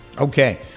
Okay